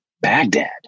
Baghdad